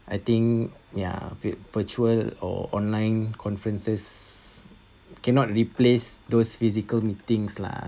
I think ya vir~ virtual or online conferences cannot replace those physical meetings lah